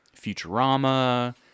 Futurama